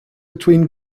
between